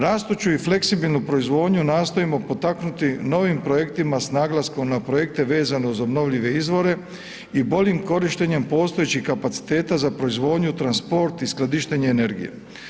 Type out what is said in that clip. Rastuću i fleksibilnu proizvodnju nastojimo potaknuti novim projektima s naglaskom na projekte vezano uz obnovljive izvore i boljim korištenjem postojećih kapaciteta za proizvodnju, transport i skladištenje energije.